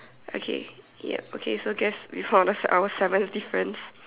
okay yup okay so just we found our our seventh difference